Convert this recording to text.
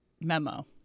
memo